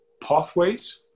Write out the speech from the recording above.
pathways